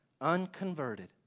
unconverted